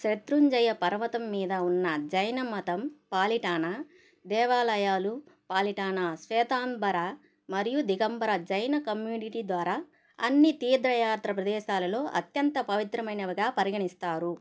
శత్రుంజయ పర్వతం మీద ఉన్న జైన మతం పాలిటానా దేవాలయాలు పాలిటానా శ్వేతాంబర మరియు దిగంబర జైన కమ్యూనిటీ ద్వారా అన్ని తీర్థయాత్ర ప్రదేశాలలో అత్యంత పవిత్రమైనవిగా పరిగణిస్తారు